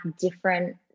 different